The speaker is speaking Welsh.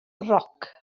roc